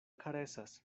karesas